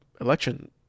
election